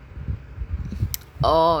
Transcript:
oh ya